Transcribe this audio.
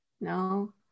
no